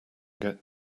get